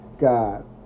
God